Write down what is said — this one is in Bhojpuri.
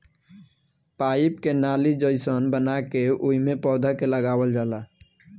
पाईप के नाली जइसन बना के ओइमे पौधा के लगावल जाला